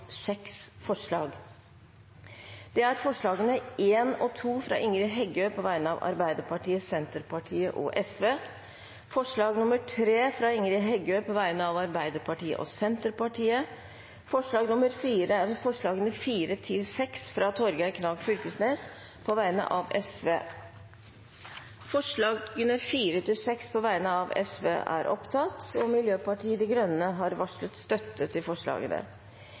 seks forslag. Det er forslagene nr. 1 og 2, fra Ingrid Heggø på vegne av Arbeiderpartiet, Senterpartiet og Sosialistisk Venstreparti forslag nr. 3, fra Ingrid Heggø på vegne av Arbeiderpartiet og Senterpartiet forslagene nr. 4–6, fra Torgeir Knag Fylkesnes på vegne av Sosialistisk Venstreparti Det voteres over forslagene nr. 4–6, fra Sosialistisk Venstreparti. Forslag nr. 4 lyder: «Stortinget ber regjeringen fremme forslag om innføring av fiskekort for utenlandske turister, der inntektene skal brukes til